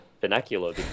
vernacular